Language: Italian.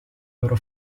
loro